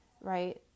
right